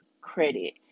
credit